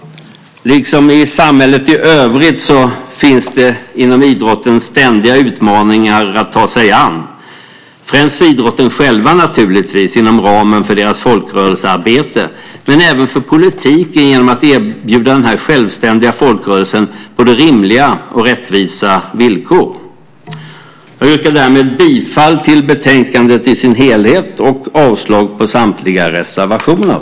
Liksom i samhället i övrigt finns det inom idrotten ständiga utmaningar att ta sig an, främst för idrotten själv naturligtvis inom ramen för dess folkrörelsearbete men även för politiken genom att erbjuda den självständiga folkrörelsen både rimliga och rättvisa villkor. Jag yrkar härmed bifall till förslaget i betänkandet och avslag på samtliga reservationer.